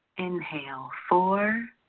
inhale four,